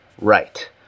Right